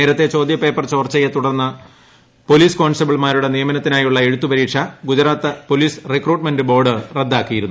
നേരത്തെ ചോദ്യപേപ്പർ ചോർച്ചയെ തുടർന്ന് പൊലീസ് കോൺസ്റ്റബിൾമാരുടെ നിയമനത്തിനായുള്ള എഴുത്തു പരീക്ഷ ഗുജറാത്ത് പൊലീസ് റിക്രൂട്ട്മെന്റ് ബോർഡ് റദ്ദാക്കിയിരുന്നു